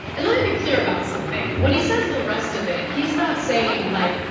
and let me be clear about something, when he says, the rest of it, he's not saying like,